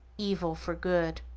evil for good.